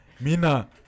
Mina